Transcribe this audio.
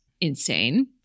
insane